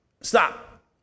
Stop